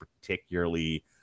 particularly